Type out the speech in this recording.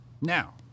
Now